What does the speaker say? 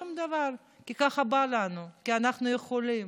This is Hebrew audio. שום דבר, כי ככה בא לנו, כי אנחנו יכולים.